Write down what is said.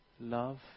love